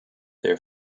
their